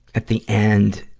at the end,